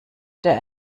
der